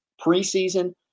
Preseason